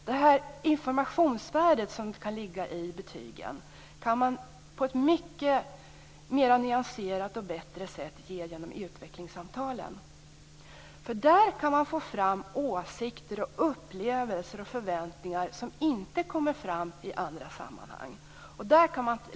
Det informationsvärde som kan ligga i betygen kan man på ett mer nyanserat och bättre sätt ge genom utvecklingssamtalen. Där kan man få fram åsikter, upplevelser och förväntningar som inte kommer fram i andra sammanhang.